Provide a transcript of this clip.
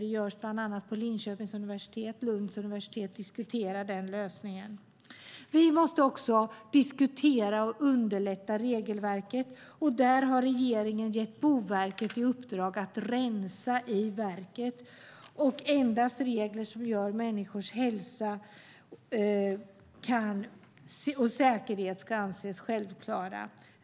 Det görs bland annat på Linköpings universitet, och Lunds universitet diskuterar denna lösning. Vi måste också diskutera och underlätta regelverket. Där har regeringen gett Boverket i uppdrag att rensa i regelverket. Endast regler som påverkar människors hälsa och säkerhet ska anses självklara.